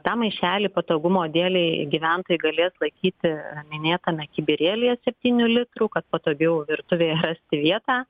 tą maišelį patogumo dėlei gyventojai galės laikyti minėtame kibirėlyje septynių litrų kad patogiau virtuvėje rasti vietą